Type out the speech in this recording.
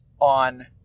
on